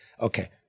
Okay